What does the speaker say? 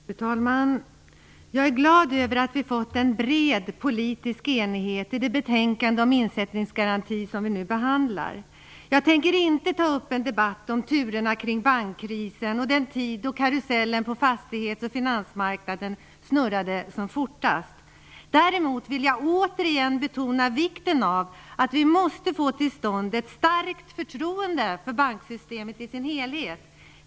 Fru talman! Jag är glad över att vi fått en bred politisk enighet i det betänkande om insättningsgaranti som vi nu behandlar. Jag tänker inte ta upp en debatt om turerna kring bankkrisen och den tid då karusellen på fastighets och finansmarknaden snurrade som fortast. Däremot vill jag återigen betona vikten av att vi måste få till stånd ett starkt förtroende för banksystemet i sin helhet.